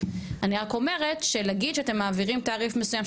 אני רק אומרת שנגיד שאתם מעבירים תעריף מסוים,